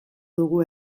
dugu